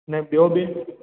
न ॿियों बि